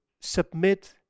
submit